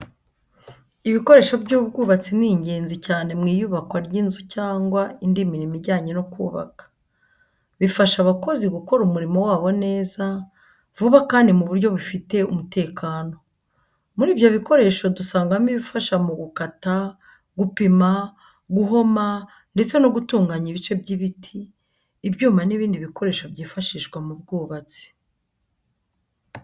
Ibikoresho by’ubwubatsi ni ingenzi cyane mu iyubakwa ry’inzu cyangwa indi mirimo ijyanye no kubaka. Bifasha abakozi gukora umurimo wabo neza, vuba kandi mu buryo bufite umutekano. Muri ibyo bikoresho dusangamo ibifasha mu gukata, gupima, guhoma, ndetse no gutunganya ibice by'ibiti, ibyuma n'ibindi bikoresho byifashishwa mu bwubatsi.